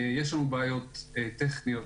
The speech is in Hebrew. יש לנו בעיות טכניות